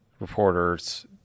reporters